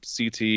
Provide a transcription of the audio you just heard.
CT